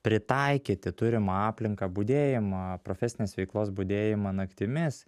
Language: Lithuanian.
pritaikyti turimą aplinką budėjimą profesinės veiklos budėjimą naktimis